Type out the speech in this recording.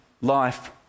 life